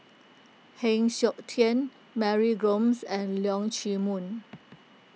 Heng Siok Tian Mary Gomes and Leong Chee Mun